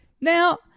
Now